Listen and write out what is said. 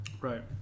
Right